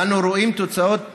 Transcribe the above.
אנו רואים את תוצאות